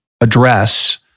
Address